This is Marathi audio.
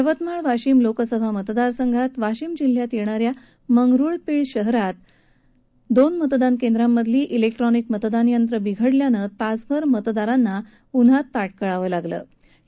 यवतमाळ वाशीम लोकसभा मतदारसंघात वाशिम जिल्ह्यात येणाऱ्या मंगरुळपीर शहरात दोन मतदान केंद्रांमधली जिक्ट्रॉनिक मतदान यंत्र बिघडल्यानं तासभर मतदारांना उन्हात ताटकळत उभं राहावं लागलं